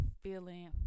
feeling